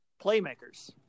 playmakers